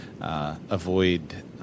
avoid